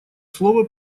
слово